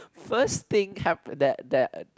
first thing have that that